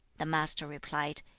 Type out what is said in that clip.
the master replied,